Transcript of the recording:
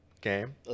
game